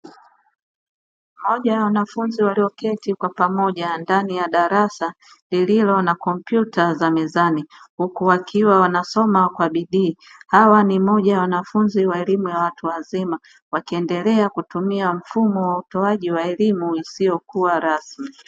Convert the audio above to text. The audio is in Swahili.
Moja ya wanafunzi walioketi kwa pamoja ndani ya darasa lililo na kompyuta za mezani huku wakiwa wanasoma kwa bidii, hawa ni moja ya wanafunzi wa elimu ya watu wazima wakiendelea kutumia mfumo wa utoaji wa elimu isiyo kuwa rasmi.